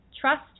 trust